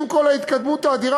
עם כל ההתקדמות האדירה.